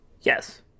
Yes